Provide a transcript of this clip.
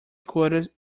quoted